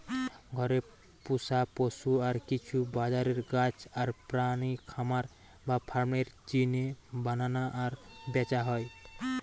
ঘরে পুশা পশু আর কিছু বাজারের গাছ আর প্রাণী খামার বা ফার্ম এর জিনে বানানা আর ব্যাচা হয়